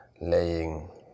laying